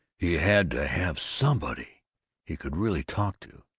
he had to have somebody he could really talk to.